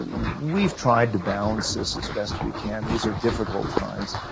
we've tried to balance this as best we can. these are difficult times.